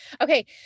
Okay